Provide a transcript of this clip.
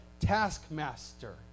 taskmaster